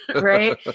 right